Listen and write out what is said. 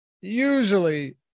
usually